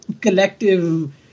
collective